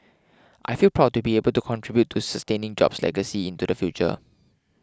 I feel proud to be able to contribute to sustaining Job's legacy into the future